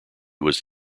was